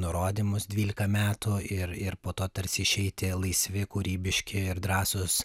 nurodymus dvylika metų ir ir po to tarsi išeiti laisvi kūrybiški ir drąsūs